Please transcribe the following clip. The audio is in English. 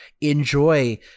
enjoy